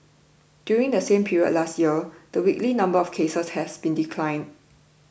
during the same period last year the weekly number of cases had been decline